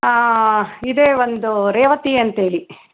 ಇದೆ ಒಂದು ರೇವತಿ ಅಂತೇಳಿ